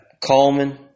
Coleman